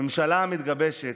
הממשלה המתגבשת,